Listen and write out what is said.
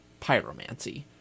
pyromancy